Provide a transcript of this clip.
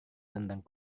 tentang